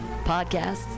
Podcasts